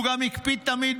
הוא גם הקפיד תמיד,